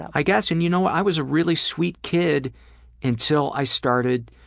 i guess. and you know i was a really sweet kid until i started